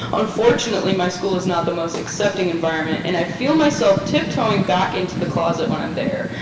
unfortunately, my school is not the most accepting environment, and i feel myself tiptoeing back into the closet when i'm there.